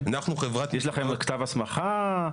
יש לכם כתב הסמכה?